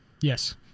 Yes